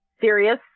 serious